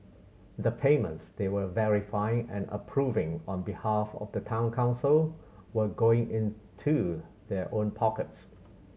the payments they were verifying and approving on behalf of the Town Council were going into their own pockets